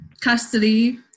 Custody